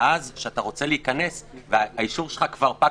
וכשאתה רוצה להיכנס והאישור שלך כבר פג